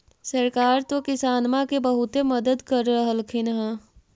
सरकार तो किसानमा के बहुते मदद कर रहल्खिन ह?